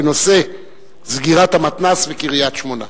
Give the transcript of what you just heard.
בנושא: סגירת המתנ"ס בקריית-שמונה.